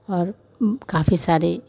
और काफी सारी